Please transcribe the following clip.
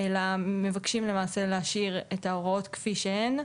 אלא מבקשים למעשה להשאיר את ההוראות כפי שהן,